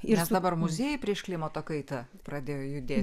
nes dabar muziejai prieš klimato kaitą pradėjo judėt